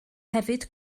hefyd